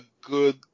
good